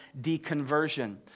deconversion